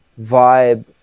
vibe